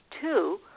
two